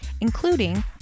including